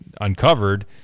uncovered